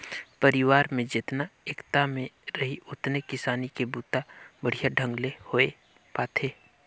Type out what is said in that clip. परिवार में जेतना एकता में रहीं ओतने किसानी के बूता बड़िहा ढंग ले होये पाथे